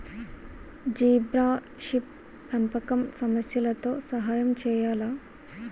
Zebrafish పెంపకం సమస్యలతో సహాయం చేయాలా?